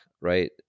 right